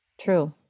True